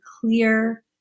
clear